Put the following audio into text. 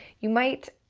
you might,